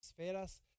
esferas